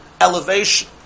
elevation